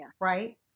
right